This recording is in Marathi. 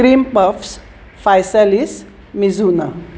cream puffs physalis mizuna